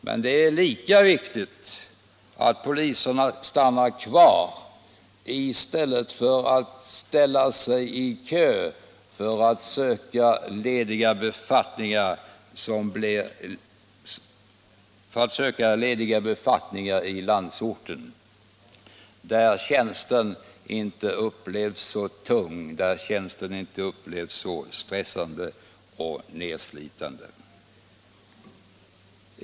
Men det är lika viktigt att poliserna stannar kvar i stället för att ställa sig i kö och söka lediga befattningar i landsorten, där tjänsterna inte upplevs som så tunga, stressande och nedslitande.